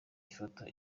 ifoto